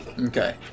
okay